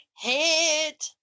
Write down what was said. hit